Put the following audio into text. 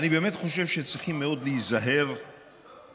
אני באמת חושב שצריכים מאוד להיזהר באמירות